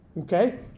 Okay